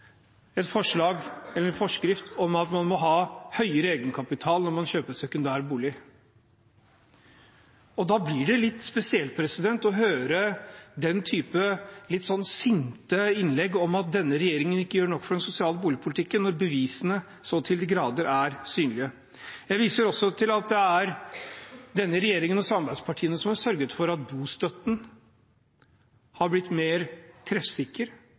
en forskrift om at man må ha høyere egenkapital når man kjøper sekundærbolig. Da blir det litt spesielt å høre den typen litt sinte innlegg om at denne regjeringen ikke gjør nok for den sosiale boligpolitikken, når bevisene så til de grader er synlige. Jeg viser også til at det er denne regjeringen og samarbeidspartiene som har sørget for at bostøtten har blitt mer treffsikker,